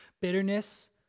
Bitterness